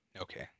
Okay